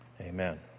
amen